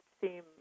seem